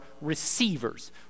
receivers